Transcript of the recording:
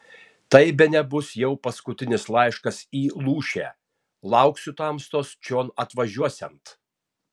tai bene bus jau paskutinis laiškas į lūšę lauksiu tamstos čion atvažiuosiant